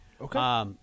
Okay